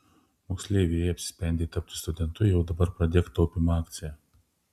moksleivi jei apsisprendei tapti studentu jau dabar pradėk taupymo akciją